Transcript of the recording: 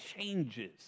changes